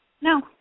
No